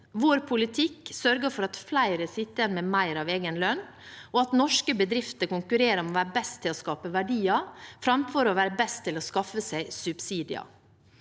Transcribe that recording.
Vår politikk sørger for at flere sitter igjen med mer av egen lønn, og at norske bedrifter konkurrerer om å være best til å skape verdier framfor å være best til å skaffe seg subsidier.